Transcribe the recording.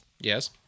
Yes